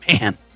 man